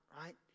right